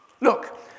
Look